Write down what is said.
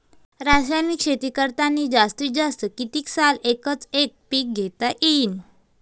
रासायनिक शेती करतांनी जास्तीत जास्त कितीक साल एकच एक पीक घेता येईन?